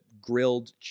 grilled